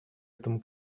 этому